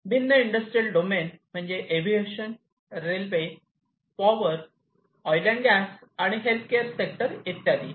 भिन्न industrial domain म्हणजे aviation railway power oil and gas आणि हेल्थकेअर सेक्टर इत्यादी